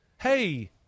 hey –